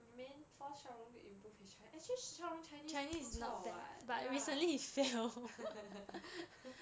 I mean force shao rong to improve his chin~ actually shao rong chinese 不错 [what] ya